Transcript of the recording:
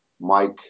Mike